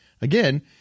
again